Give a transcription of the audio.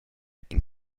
ein